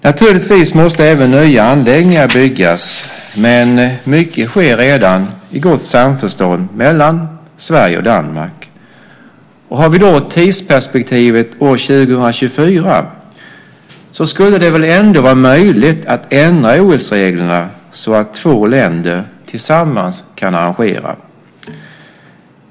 Naturligtvis måste även nya anläggningar byggas, men mycket sker redan i gott samförstånd mellan Sverige och Danmark. Har vi då tidsperspektivet år 2024, skulle det väl ändå vara möjligt att ändra OS-reglerna så att två länder tillsammans kan arrangera.